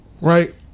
right